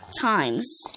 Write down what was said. times